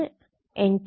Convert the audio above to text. നമുക്ക് വീണ്ടും കാണാം